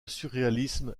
surréalisme